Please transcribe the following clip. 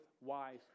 wise